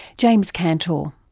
james cantor.